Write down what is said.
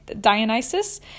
Dionysus